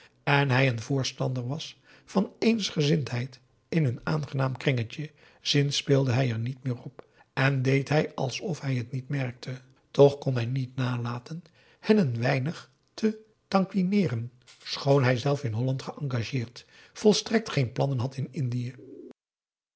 en hij een voorstander was van eensgezindheid in hun aangenaam kringetje zinspeelde hij er niet meer op en deed hij alsof hij t niet merkte toch kon hij niet nalaten hen een weinig te taquineeren schoon hijzelf in holland geëngageerd volstrekt geen plannen had in indië